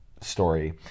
story